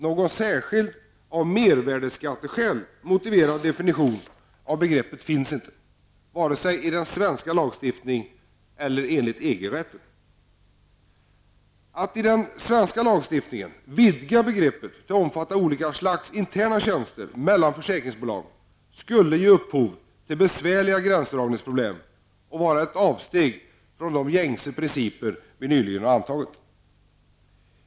Någon särskild av mervärdeskatteskäl motiverad definition av begreppet finns inte vare sig i den svenska lagstiftningen eller enligt EG-rätten. Att i den svenska lagstiftningen vidga begreppet till att omfatta olika slags interna tjänster mellan försäkringsbolag skulle ge upphov till besvärliga gränsdragningsproblem och vara ett avsteg från de gängse principer som vi nyligen har antagit.